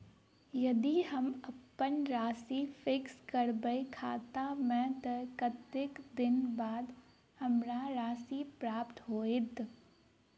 यदि हम अप्पन राशि फिक्स करबै खाता मे तऽ कत्तेक दिनक बाद हमरा राशि प्राप्त होइत?